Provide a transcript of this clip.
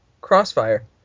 crossfire